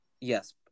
Yes